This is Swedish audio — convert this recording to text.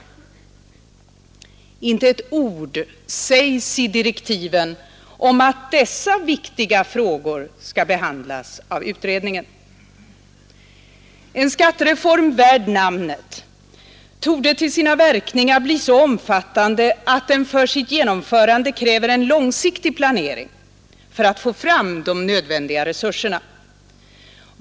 Inte ett ord sägs i direktiven om att dessa viktiga frågor skall behandlas av utredningen. En skattereform värd namnet torde till sina verkningar bli så omfattande att den för sitt genomförande kräver en långsiktig planering för att få fram de nödvändiga resurserna.